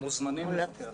מוזמנים לפקח.